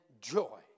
joy